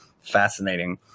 fascinating